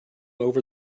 over